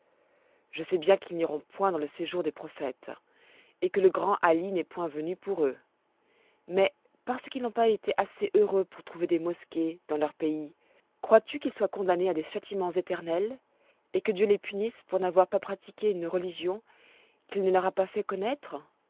je sais bien qu'ils n'iront point dans le séjour des prophètes et que le grand hali n'est point venu pour eux mais parce qu'ils n'ont pas été assez heureux pour trouver des mosquées dans leur pays crois-tu qu'ils soient condamnés à des châtiments éternels et que dieu les punisse pour n'avoir pas pratiqué une religion qu'il ne leur a pas fait connoître